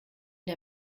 der